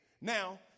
Now